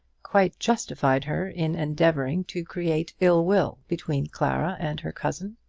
quite justified her in endeavouring to create ill-will between clara and her cousin.